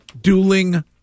dueling